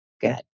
Good